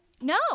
No